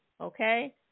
Okay